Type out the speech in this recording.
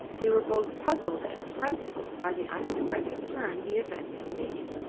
they were both puzzled and frightened by the unexpected turn the events had taken.